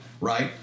right